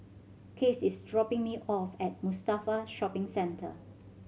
Case is dropping me off at Mustafa Shopping Centre